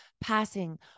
passing